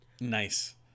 Nice